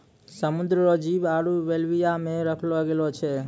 समुद्र रो जीव आरु बेल्विया मे रखलो गेलो छै